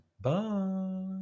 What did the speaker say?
Bye